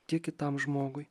tiek kitam žmogui